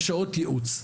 יש שעות ייעוץ.